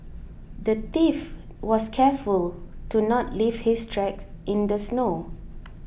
the thief was careful to not leave his tracks in the snow